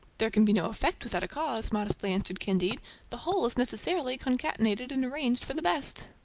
there can be no effect without a cause, modestly answered candide the whole is necessarily concatenated and arranged for the best.